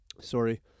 sorry